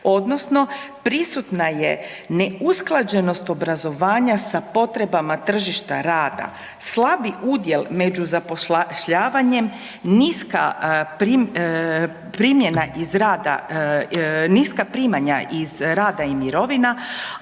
odnosno prisutna je neusklađenost obrazovanja sa potrebama tržišta rada. Slabi udjel među zapošljavanjem niska primanja iz rada i mirovina,